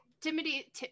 Timothy